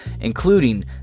including